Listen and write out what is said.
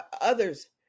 others